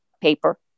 paper